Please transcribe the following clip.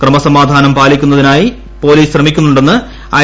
ക്രമസമാധാനം പാലിക്കുന്നതിനാണ് പോലീസ് ശ്രമിക്കുന്നതെന്ന് ഐ